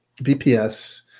VPS